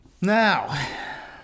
Now